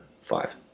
five